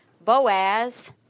Boaz